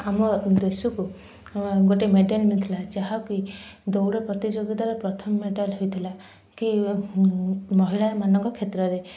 ଆମ ଦେଶକୁ ଗୋଟେ ମେଡ଼ାଲ୍ ମିଳିଥିଲା ଯାହାକି ଦୌଡ଼ ପ୍ରତିଯୋଗିତାର ପ୍ରଥମ ମେଡ଼ାଲ୍ ହୋଇଥିଲା ମହିଳାମାନଙ୍କ କ୍ଷେତ୍ରରେ